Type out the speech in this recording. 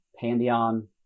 Pandion